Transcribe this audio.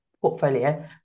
portfolio